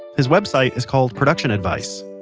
his website is called production advice.